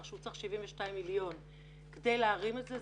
שהוא צריך 72 מיליון שקלים כדי להרים את זה,